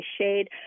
shade